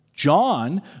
John